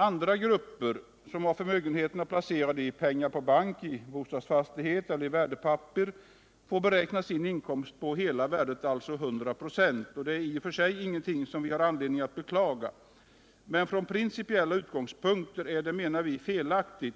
Anäåära grupper som har förmögenheterna placerade i pengar på bank, i bostadsfastigheter eller i värdepapper får beräkna sin inkomst på hela värdet, alltså 100 "5, och det är i och för sig ingenting som vi har anledning att beklaga. Men från principiella utgångspunkter är det, menar vi, felaktigt